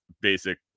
basic